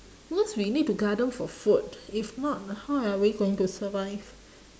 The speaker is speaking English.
because we need to garden for food if not how are we going to survive